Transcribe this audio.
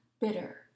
bitter